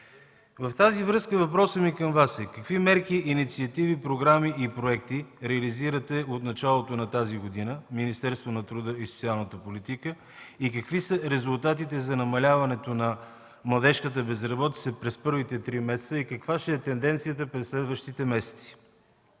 МЛАДЕНОВ: Въпросът ми към Вас е: какви мерки, инициативи, програми и проекти реализирате от началото на тази година в Министерството на труда и социалната политика и какви са резултатите за намаляването на младежката безработица през първите три месеца, и каква ще е тенденция през следващите месеци?